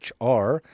HR